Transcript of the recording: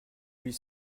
huit